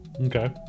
okay